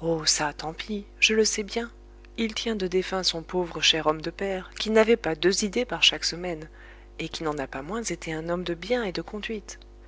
oh ça tant pis je le sais bien il tient de défunt son pauvre cher homme de père qui n'avait pas deux idées par chaque semaine et qui n'en a pas moins été un homme de bien et de conduite